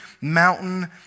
mountain